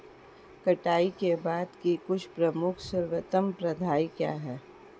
कटाई के बाद की कुछ प्रमुख सर्वोत्तम प्रथाएं क्या हैं?